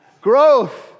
Growth